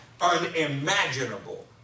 unimaginable